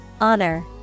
Honor